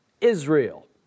Israel